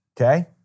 Okay